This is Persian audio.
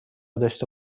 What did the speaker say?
داشته